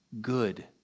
good